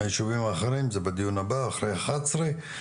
הישובים האחרים זה בדיון הבא, אחרי אחת עשרה.